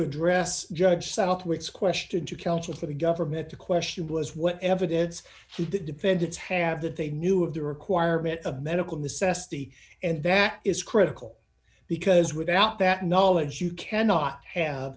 address judge southwards question to counsel for the government the question was what evidence did the defendants have that they knew of the requirement of medical necessity and that is critical because without that knowledge you cannot have